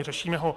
Řešíme ho.